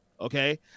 okay